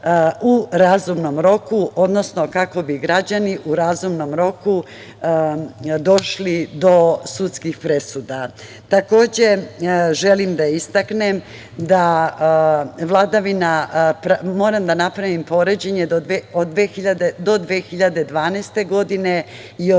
u razumnom roku, odnosno kako bi građani u razumnom roku došli do sudskih presuda. Takođe, želim da istaknem da vladavina, moram da napravim poređenje do 2012. godine i od